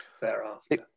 thereafter